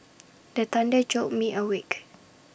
the thunder jolt me awake